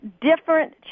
different